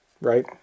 right